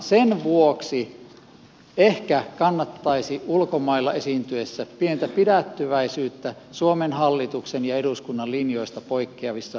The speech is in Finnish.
sen vuoksi ehkä kannattaisi ulkomailla esiintyessä pientä pidättyväisyyttä suomen hallituksen ja eduskunnan linjoista poikkeavissa mielipiteissä harjoittaa